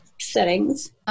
settings